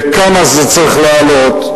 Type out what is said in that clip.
כמה זה צריך לעלות.